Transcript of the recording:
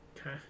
Okay